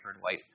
white